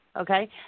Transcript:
Okay